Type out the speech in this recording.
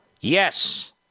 Yes